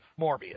Morbius